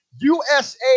USA